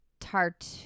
Tart